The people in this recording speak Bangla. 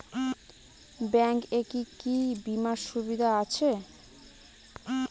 ব্যাংক এ কি কী বীমার সুবিধা আছে?